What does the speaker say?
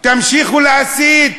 תמשיכו להסית,